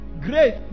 great